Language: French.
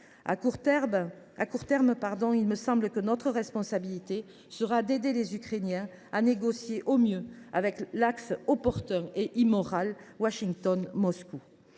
À court terme, il me semble que notre responsabilité est d’aider les Ukrainiens à négocier au mieux avec l’axe opportun et immoral Washington Moscou.